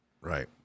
Right